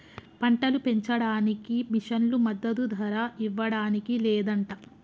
పంటలు పెంచడానికి మిషన్లు మద్దదు ధర ఇవ్వడానికి లేదంట